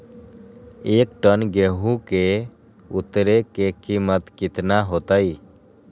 एक टन गेंहू के उतरे के कीमत कितना होतई?